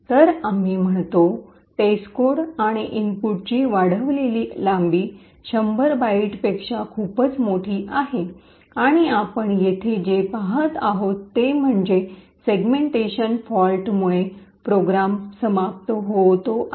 तर आम्ही म्हणतो टेस्टकोड आणि इनपुटची वाढवलेली लांबी 100 बाइटपेक्षा खूपच मोठी आहे आणि आपण येथे जे पाहत आहोत ते म्हणजे सेगमेंटेशन फॉल्टमुळे प्रोग्राम समाप्त होतो आहे